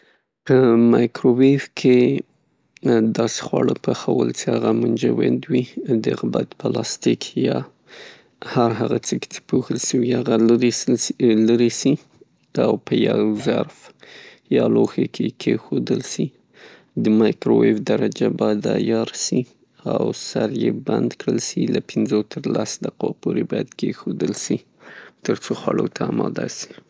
په مایکرویف کې داسې خواړه پخول څې هغه منجمد وي د هغه پلاستیک یا هر هغه څه کې چې پوښل سوي هغه لیري سي او په یو ظرف یا لوښي کې کیښودل سي، د مایکروويف درجه باید عیار سي، او سر یې بند کړل سي، د پنځو تر لسو دقو پورې کېښودل سي؛ ترڅو خوړلو ته اماده سي.